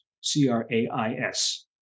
C-R-A-I-S